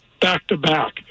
back-to-back